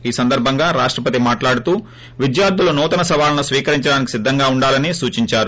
ఈ సందర్బంగా రాష్టపతి మాట్లాడతూ విద్యార్దులు నూతన సవాళ్లను స్వీకరించడానికి సిద్దంగా ఉండాలని సూచించారు